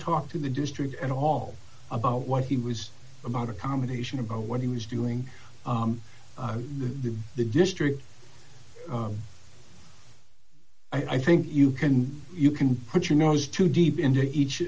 talk to the district at all about what he was about accommodation of or what he was doing the the district i think you can you can put your nose too deep into each